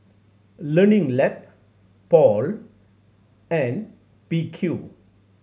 Learning Lab Paul and P Q